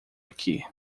aqui